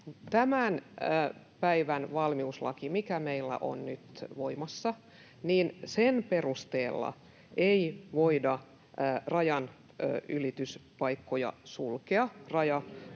tämän päivän valmiuslain, mikä meillä on nyt voimassa, perusteella ei siis voida rajanylityspaikkoja sulkea